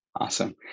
Awesome